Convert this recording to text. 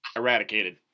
eradicated